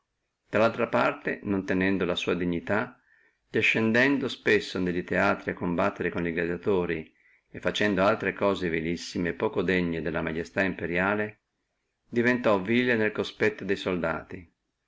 dallaltra parte non tenendo la sua dignità discendendo spesso ne teatri a combattere co gladiatori e facendo altre cose vilissime e poco degne della maestà imperiale diventò contennendo nel conspetto de soldati